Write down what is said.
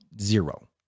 Zero